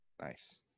Nice